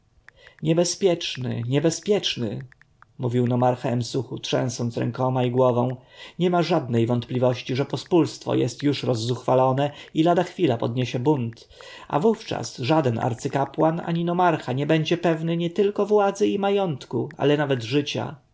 niebezpieczny niebezpieczny mówił nomarcha emsuchu trzęsąc rękoma i głową niema żadnej wątpliwości że pospólstwo jest już rozzuchwalone i lada chwilę podniesie bunt a wówczas żaden arcykapłan ani nomarcha nie będzie pewny nietylko władzy i majątku ale nawet życia